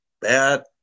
bad